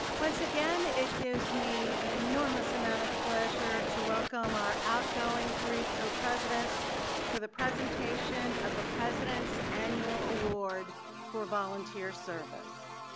once again, it gives me an enormous amount of pleasure to welcome our outgoing three co-presidents for the presentation of the presidents' annual award for volunteer ser